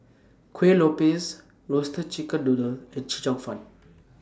Kueh Lopes Roasted Chicken Noodle and Chee Cheong Fun